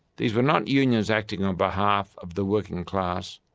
these were not unions acting on behalf of the working class,